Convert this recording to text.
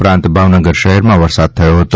ઉપરાંત ભાવનગર શહેરમાં વરસાદ થયો હતો